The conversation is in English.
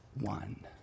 one